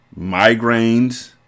Migraines